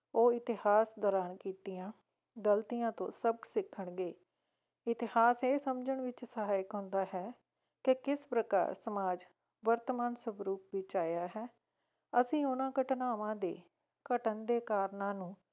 ਉਹ ਇਤਿਹਾਸ ਦੌਰਾਨ ਕੀਤੀਆਂ ਗਲਤੀਆਂ ਤੋਂ ਸਬਕ ਸਿੱਖਣਗੇ ਇਤਿਹਾਸ ਇਹ ਸਮਝਣ ਵਿੱਚ ਸਹਾਇਕ ਹੁੰਦਾ ਹੈ ਕਿ ਕਿਸ ਪ੍ਰਕਾਰ ਸਮਾਜ ਵਰਤਮਾਨ ਸਵਰੂਪ ਵਿੱਚ ਆਇਆ ਹੈ ਅਸੀਂ ਉਹਨਾਂ ਘਟਨਾਵਾਂ ਦੇ ਘਟਣ ਦੇ ਕਾਰਨਾਂ ਨੂੰ